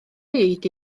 byd